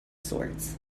sorts